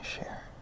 share